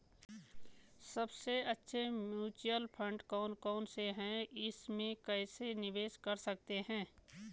सबसे अच्छे mutual fund कौन कौनसे हैं इसमें कैसे निवेश कर सकते हैं?